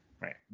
Right